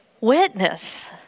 witness